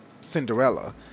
Cinderella